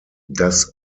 das